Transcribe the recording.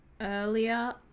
earlier